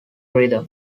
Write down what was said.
rhythm